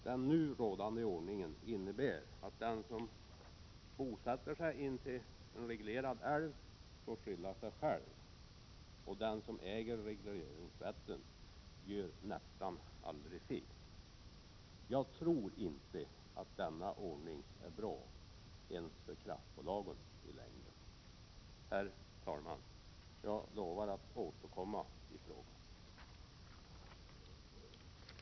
Den nu rådande ordningen innebär att den som bosätter sig intill en reglerad älv får skylla sig själv och att den som äger regleringsrätten nästan aldrig gör fel. Jag tror inte att den ordningen är bra i längden ens för kraftbolagen. Herr talman! Jag lovar att återkomma i frågan. Med detta anförande — under vilket andre vice talmannen övertog ledningen av kammarens förhandlingar — var överläggningen i detta ärende avslutad.